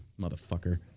motherfucker